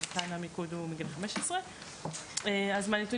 אבל כאן המיקוד הוא מגילאי 15. רגע,